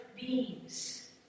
beings